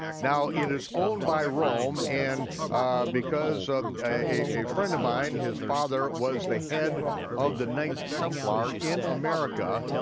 now, it is owned by rome and because a friend of mine, his father was the head of the knights templar in america,